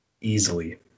Easily